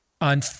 on